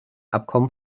abkommen